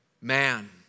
man